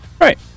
right